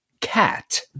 cat